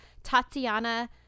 Tatiana